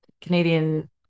canadian